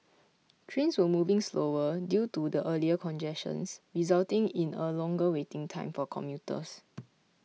trains were moving slower due to the earlier congestions resulting in a longer waiting time for commuters